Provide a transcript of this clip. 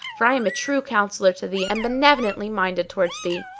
for i am a true counsellor to thee and benevolently minded towards thee.